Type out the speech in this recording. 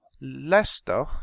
Leicester